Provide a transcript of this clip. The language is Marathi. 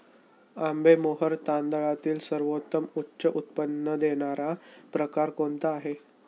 आंबेमोहोर तांदळातील सर्वोत्तम उच्च उत्पन्न देणारा प्रकार कोणता आहे?